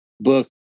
book